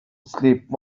sleep